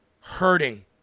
hurting